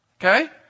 Okay